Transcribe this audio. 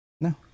No